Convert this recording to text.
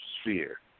sphere